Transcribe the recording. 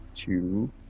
Two